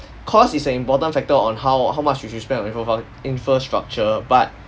cost is a important factor on how how much we should spend on infrastructure but